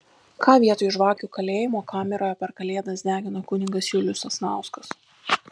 ką vietoj žvakių kalėjimo kameroje per kalėdas degino kunigas julius sasnauskas